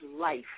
life